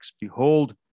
behold